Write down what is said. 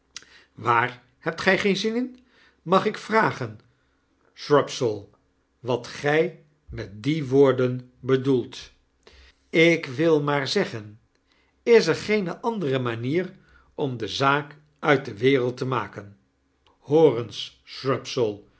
waar hebt gy geen zin in mag ik vragen shrubsole wat gy met die woorden bedoelt w ik wil maar zeggen is er geene andere manier om de zaak uit de wereld te maken